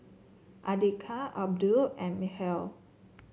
Andika Abdul and Mikhail